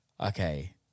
okay